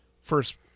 first